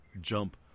jump